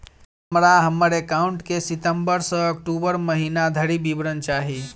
हमरा हम्मर एकाउंट केँ सितम्बर सँ अक्टूबर महीना धरि विवरण चाहि?